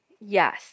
Yes